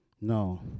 No